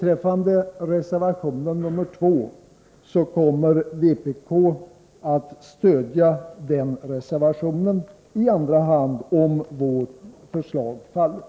Reservation nr 2 kommer vpk att stödja i andra hand, om vårt förslag faller.